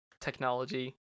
technology